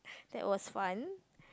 that was one